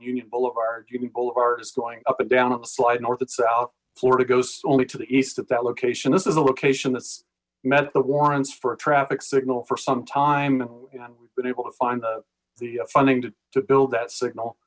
union boulevard boulevard is going up and down slide north and south florida goes only to the east at that location this is a location that's met the warrants for a traffic signal for some time and we've been able to find the funding to build that signal